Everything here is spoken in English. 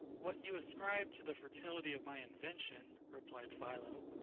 what you ascribe to the fertility of my invention, replied philo,